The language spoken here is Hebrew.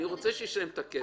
אני רוצה שהוא ישלם את הכסף.